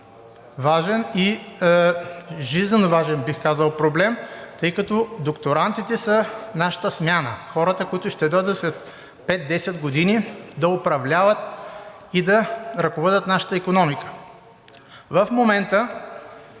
важен, жизненоважен, бих казал, проблем, тъй като докторантите са нашата смяна. Хората, които ще дойдат след пет-десет години да управляват и да ръководят нашата икономика.